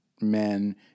men